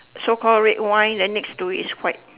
so call red wine then next to it is white